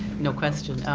no question.